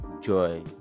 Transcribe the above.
joy